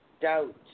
doubt